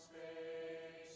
a